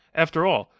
after all,